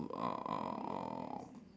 uh